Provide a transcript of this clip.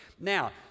Now